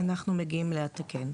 אנחנו מגיעים לתקן,